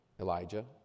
Elijah